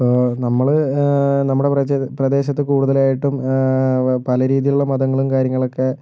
ഇപ്പോൾ നമ്മൾ നമ്മുടെ പ്രദേശത്ത് കൂടുതലായിട്ടും പല രീതിയിലുള്ള മതങ്ങളും കാര്യങ്ങളൊക്കെ